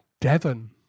Devon